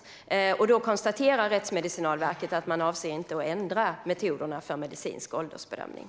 Rättsmedicinalverket konstaterar att man därför inte avser att ändra metoderna för medicinsk åldersbedömning.